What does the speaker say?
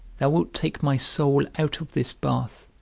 thou wilt take my soul out of this bath,